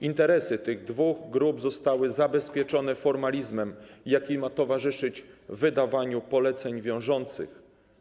Interesy tych dwóch grup zostały zabezpieczone formalizmem, jaki ma towarzyszyć wydawaniu poleceń wiążących.